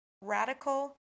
radical